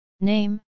Name